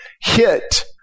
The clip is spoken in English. hit